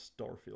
Starfield